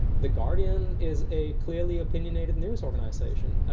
the guardian is a clearly opinionated news organization.